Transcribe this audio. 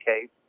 case